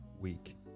week